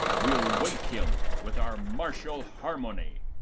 we'll wake him with our marshall harmony.